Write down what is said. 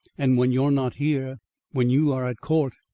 and when you are not here when you are at court,